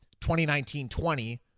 2019-20